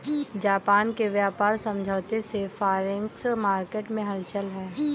Japan के व्यापार समझौते से फॉरेक्स मार्केट में हलचल है